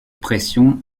pression